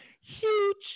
huge